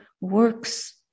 works